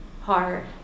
heart